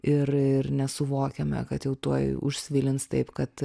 ir ir nesuvokiame kad jau tuoj užsvilins taip kad